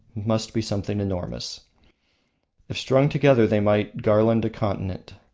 must be something enormous if strung together they might garland a continent.